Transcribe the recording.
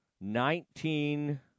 Nineteen